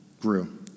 grew